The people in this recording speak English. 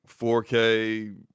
4K